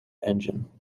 engine